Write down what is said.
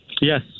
Yes